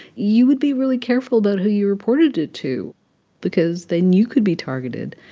you would be really careful about who you reported it to because then you could be targeted.